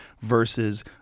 versus